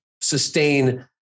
sustain